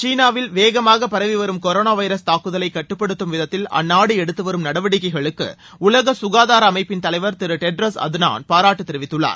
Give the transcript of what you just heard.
சீனாவில் வேகமாக பரவி வரும் கொரோனா வைரஸ் தாக்குதலை கட்டுப்படுத்தும் விதத்தில் அந்நாடு எடுத்து வரும் நடவடிக்கைகளுக்கு உலக ககாதார அமைப்பின் தலைவர் திரு டெட்ராஸ் அட்தனோன் பாராட்டு தெரிவித்துள்ளார்